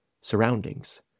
surroundings